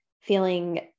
feeling